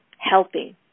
helping